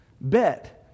Bet